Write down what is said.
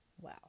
Wow